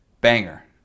Banger